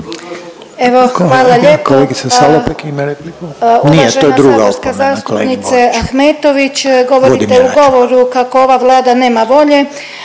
Evo hvala lijepo. Uvažena saborska zastupnice Ahmetović govorite u govoru kako ova Vlada nema volje